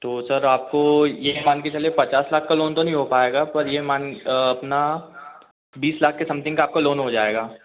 तो सर आपको ये मान के चलें पचास लाख का लोन तो नहीं हो पाएगा पर ये मान अपना बीस लाख के समथिंग आपका लोन हो जाएगा